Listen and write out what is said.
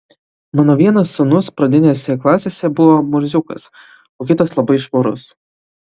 mano vienas sūnus pradinėse klasėse buvo murziukas o kitas labai švarus